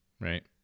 right